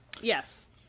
Yes